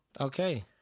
Okay